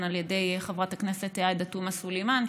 אחד מהם עלה גם על ידי חברת הכנסת עאידה תומא סולימאן,